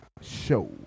show